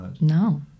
no